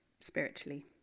spiritually